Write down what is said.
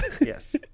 Yes